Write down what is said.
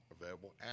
available